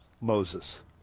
Moses